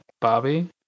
Bobby